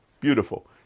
Beautiful